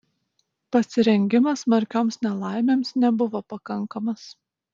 pasirengimas smarkioms nelaimėms nebuvo pakankamas